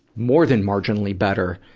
more than marginally better,